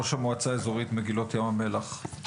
ראש המועצה האזורית מגילות ים המלח,